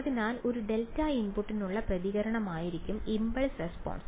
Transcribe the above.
അതിനാൽ ഒരു ഡെൽറ്റ ഇൻപുട്ടിനുള്ള പ്രതികരണമായിരിക്കും ഇംപൾസ് റെസ്പോൺസ്